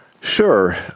Sure